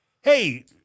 Hey